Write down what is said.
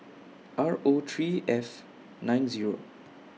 R O three F nine Zero